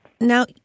Now